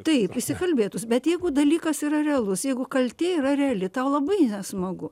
taip įsikalbėtus bet jeigu dalykas yra realus jeigu kaltė yra reali tau labai nesmagu